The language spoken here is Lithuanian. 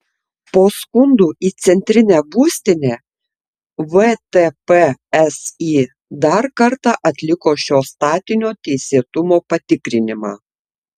po skundų į centrinę būstinę vtpsi dar kartą atliko šio statinio teisėtumo patikrinimą